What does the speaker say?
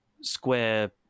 Square